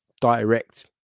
direct